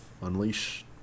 Unleash